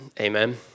Amen